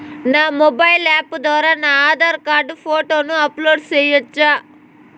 నా mobile app ద్వారా నా ఆధార్ కార్డు ఫోటోను అప్లోడ్ సేయొచ్చా?